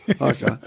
Okay